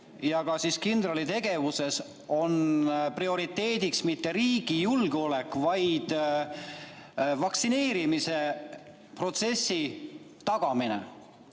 ja ka kindrali tegevuses ei ole prioriteediks mitte riigi julgeolek, vaid vaktsineerimise protsessi tagamine.